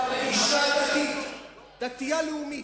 דתית-לאומית,